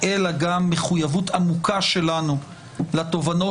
אלא גם מתוך מחויבות עמוקה שלנו לתובנות